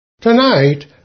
Tonight